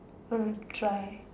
um try